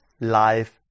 life